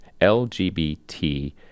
LGBT